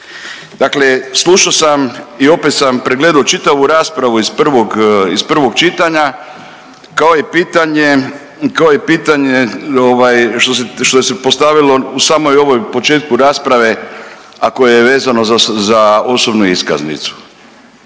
Dakle slušo sam i opet sam pregledao čitavu raspravu iz prvog čitanja kao i pitanje što se postavilo u samoj ovoj na početku rasprave, a koje je vezano za osobnu iskaznicu.